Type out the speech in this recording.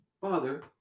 Father